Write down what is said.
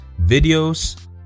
videos